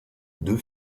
deux